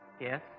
Yes